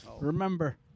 remember